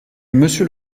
monsieur